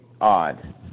odd